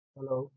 Hello